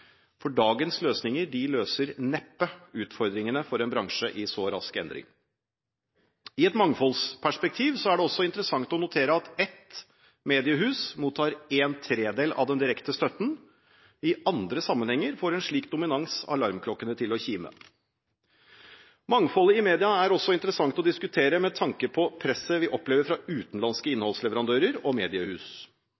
for dagens løsninger løser neppe utfordringene for en bransje i så rask endring. I et mangfoldsperspektiv er det også interessant å notere at ett mediehus mottar en tredjedel av den direkte støtten – i andre sammenhenger får en slik dominans alarmklokkene til å kime. Mangfoldet i media er også interessant å diskutere med tanke på presset vi opplever fra utenlandske